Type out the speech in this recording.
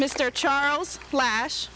mr charles flash